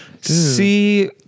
See